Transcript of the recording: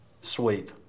sweep